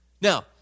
Now